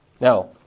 Now